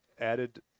added